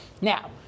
now